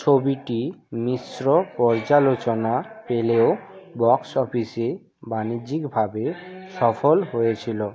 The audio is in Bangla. ছবিটি মিশ্র পর্যালোচনা পেলেও বক্স অফিসে বাণিজ্যিকভাবে সফল হয়েছিলো